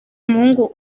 umuhungu